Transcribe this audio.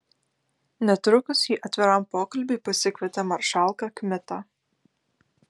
netrukus ji atviram pokalbiui pasikvietė maršalką kmitą